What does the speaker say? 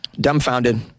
dumbfounded